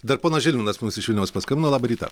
dar ponas žilvinas mums iš vilniaus paskambino labą rytą